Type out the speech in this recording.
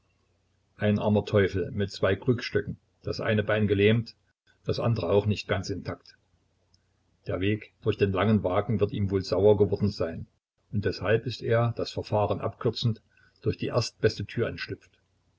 ein armer teufel mit zwei krückstöcken das eine bein gelähmt das andere auch nicht ganz intakt der weg durch den langen wagen wird ihm wohl sauer geworden sein und deshalb ist er das verfahren abkürzend durch die erstbeste tür entschlüpft